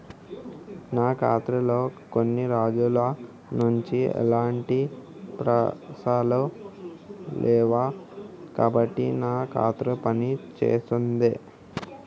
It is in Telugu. నా ఖాతా లో కొన్ని రోజుల నుంచి ఎలాంటి పైసలు లేవు కాబట్టి నా ఖాతా పని చేస్తుందా?